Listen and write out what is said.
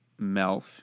Melf